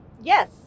yes